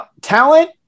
talent